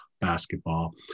Basketball